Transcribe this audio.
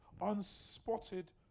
Unspotted